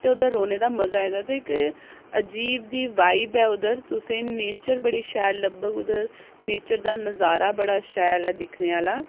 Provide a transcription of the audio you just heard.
ते उत्थै रौह्ने दा मजा आई जंदा ऐ ते इक अजीब दी वाइब ऐ उद्धर तुसें ई नेच्चर बड़ी शैल लब्भग उद्धर नेच्चर दा नजारा बड़ा शैल ऐ दिक्खने आह्ला